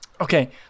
Okay